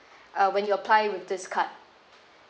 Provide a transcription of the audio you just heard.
uh when you apply with this card